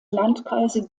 landkreise